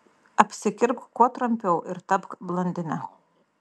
apsikirpk kuo trumpiau ir tapk blondine